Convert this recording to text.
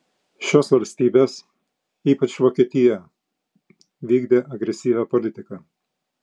šios valstybės ypač vokietija vykdė agresyvią politiką